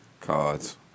Cards